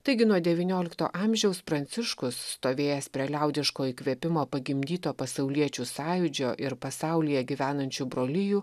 taigi nuo devyniolikto amžiaus pranciškus stovėjęs prie liaudiško įkvėpimo pagimdyto pasauliečių sąjūdžio ir pasaulyje gyvenančių brolijų